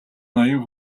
ноён